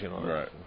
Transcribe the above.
Right